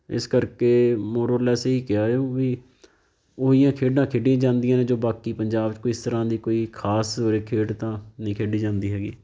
ਇਸ ਕਰਕੇ more or less ਇਹੀ ਕਿਹਾ ਵੀ ਉਹੀ ਖੇਡਾਂ ਖੇਡੀਆਂ ਜਾਂਦੀਆਂ ਨੇ ਜੋ ਬਾਕੀ ਪੰਜਾਬ 'ਚ ਕਿਸ ਤਰ੍ਹਾਂ ਦੀ ਕੋਈ ਖਾਸ ਉਰੇ ਖੇਡ ਤਾਂ ਨਹੀਂ ਖੇਡੀ ਜਾਂਦੀ ਹੈਗੀ